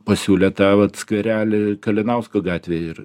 pasiūlė tą vat skverelį kalinausko gatvėj ir